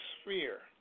sphere